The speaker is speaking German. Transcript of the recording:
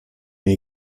mir